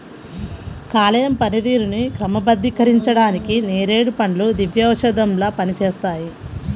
కాలేయం పనితీరుని క్రమబద్ధీకరించడానికి నేరేడు పండ్లు దివ్యౌషధంలా పనిచేస్తాయి